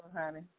honey